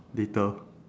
later